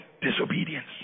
disobedience